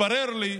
מתברר לי,